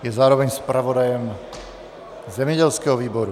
Je zároveň zpravodajem zemědělského výboru.